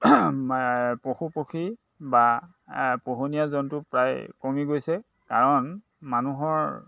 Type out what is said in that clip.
পশুপক্ষী বা পোহনীয়া জন্তু প্ৰায় কমি গৈছে কাৰণ মানুহৰ